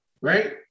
right